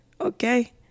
okay